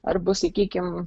arba sakykim